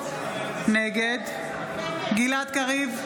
נגד גלעד קריב,